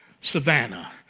Savannah